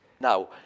Now